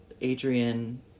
Adrian